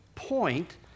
point